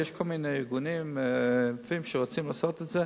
יש כל מיני ארגונים שרוצים לעשות את זה.